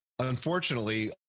Unfortunately